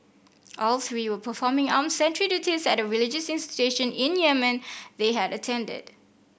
all three were performing armed sentry duties at religious institution in Yemen they had attended